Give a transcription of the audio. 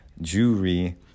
jewelry